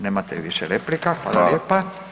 Nemate više replika, hvala lijepa.